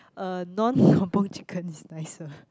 uh non kampung chicken is nicer